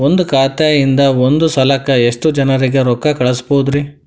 ಒಂದ್ ಖಾತೆಯಿಂದ, ಒಂದ್ ಸಲಕ್ಕ ಎಷ್ಟ ಜನರಿಗೆ ರೊಕ್ಕ ಕಳಸಬಹುದ್ರಿ?